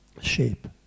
shape